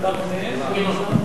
5117, 5128, 5131 ו-5140.